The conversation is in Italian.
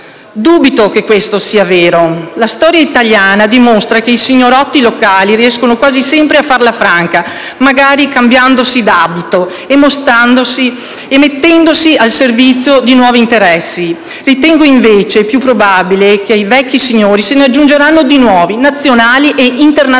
dubito che questo sia vero: la storia italiana dimostra che i signorotti locali riescono quasi sempre a farla franca, magari cambiandosi d'abito e mettendosi al servizio di nuovi interessi. Ritengo invece più probabile che ai vecchi signori se ne aggiungano di nuovi, nazionali ed internazionali,